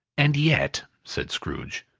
and yet, said scrooge,